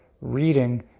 reading